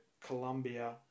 Colombia